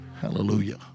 Hallelujah